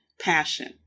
passion